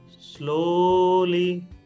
Slowly